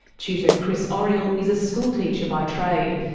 tutor chris oriel is a schoolteacher by trade,